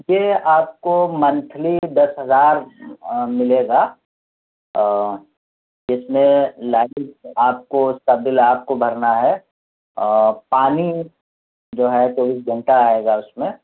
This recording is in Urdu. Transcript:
یہ آپ کو منتھلی دس ہزار ملے گا جس میں لائٹ آپ کو اس کا بل آپ کو بھرنا ہے اور پانی جو ہے چوبیس گھنٹہ آئے گا اس میں